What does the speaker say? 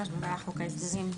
2023, במהלך חוק ההסדרים.